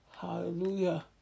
Hallelujah